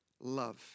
love